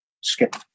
skip